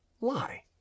lie